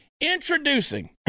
Introducing